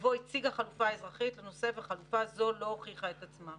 יבוא - הציגה חלופה אזרחית לנושא וחלופה זו לא הוכיחה את עצמה".